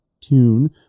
tune